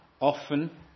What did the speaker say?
often